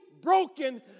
broken